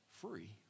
free